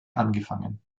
angefangen